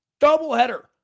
doubleheader